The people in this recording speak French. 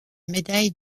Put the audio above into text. médaille